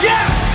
Yes